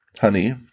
honey